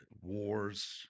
wars